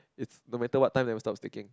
it's no matter what time they will stop sticking